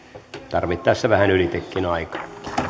tarvittaessa vähän ylitsekin aikaa